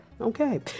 Okay